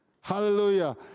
Hallelujah